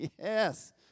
Yes